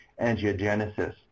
angiogenesis